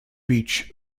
beach